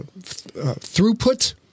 throughput